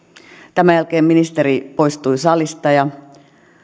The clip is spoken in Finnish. tämän jälkeen ministeri poistui salista ja